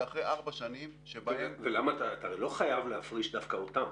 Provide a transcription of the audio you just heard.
זה אחרי ארבע שנים שבהן --- אתה הרי לא חייב להפריש דווקא אותם.